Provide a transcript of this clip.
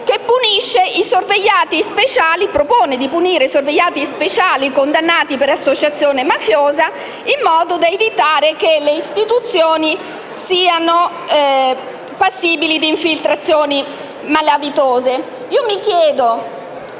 che propone di punire i sorvegliati speciali e i condannati per associazione mafiosa in modo da evitare che le istituzioni siano passibili di infiltrazioni malavitose. Io mi chiedo